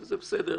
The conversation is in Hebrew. זה בסדר.